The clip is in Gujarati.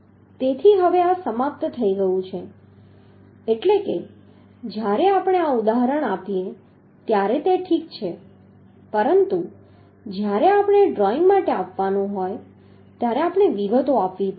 તેથી હવે આ સમાપ્ત થઈ ગયું છે એટલે કે જ્યારે આપણે આ ઉદાહરણ આપીએ છીએ ત્યારે તે ઠીક છે પરંતુ જ્યારે આપણે ડ્રોઇંગ માટે આપવાનું હોય ત્યારે આપણે વિગતો આપવી પડશે